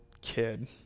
kid